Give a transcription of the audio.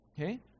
okay